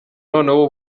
noneho